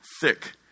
thick